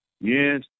Yes